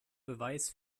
beweis